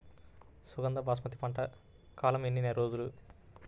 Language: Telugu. సుగంధ బాస్మతి పంట కాలం ఎన్ని రోజులు?